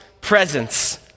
presence